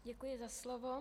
Děkuji za slovo.